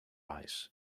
ice